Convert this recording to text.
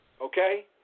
Okay